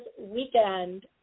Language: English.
weekend